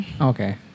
Okay